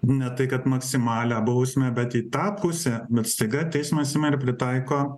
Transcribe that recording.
ne tai kad maksimalią bausmę bet į tą pusę bet staiga teismas ima ir pritaiko